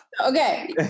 Okay